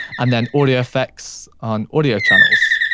and then audio effects on audio channels.